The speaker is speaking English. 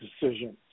decisions